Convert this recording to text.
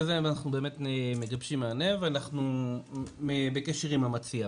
בזה אנחנו באמת מגבשים מענה ואנחנו בקשר עם המציע,